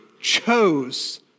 chose